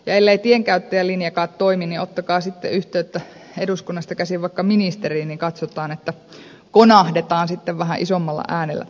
ellei tienkäyttäjän linjakaan toimi niin ottakaa sitten yhteyttä eduskunnasta käsin vaikka ministeriin niin katsotaan että konahdetaan sitten vähän isommalla äänellä